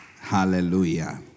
Hallelujah